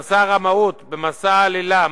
במסע רמאות, במסע עלילה.